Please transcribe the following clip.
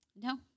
No